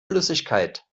flüssigkeit